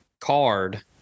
card